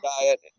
diet